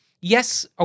yes